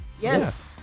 Yes